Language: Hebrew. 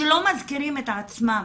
שלא מזכירים את עצמם,